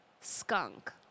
Skunk